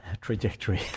trajectory